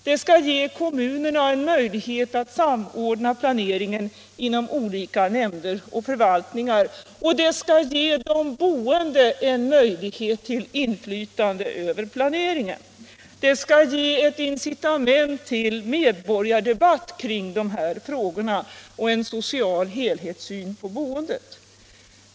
De skall ge kommunerna en möjlighet att samordna planeringen inom olika nämnder och förvaltningar och de boende en möjlighet till inflytande över planeringen. De skall ge ett incitament till medborgardebatt i dessa frågor och till en social helhetssyn på boendet.